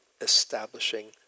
establishing